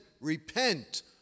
repent